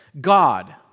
God